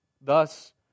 Thus